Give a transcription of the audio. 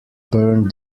burn